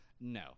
no